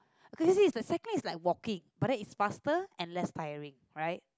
okay cause you see cycling is like walking but then is faster and less tiring right